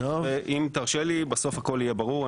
אם תרשה לי, בסוף הכול יהיה ברור.